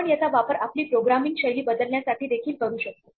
आपण याचा वापर आपली प्रोग्रामिंग शैली बदलण्यासाठी देखील करू शकतो